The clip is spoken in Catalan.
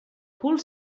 cul